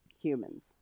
humans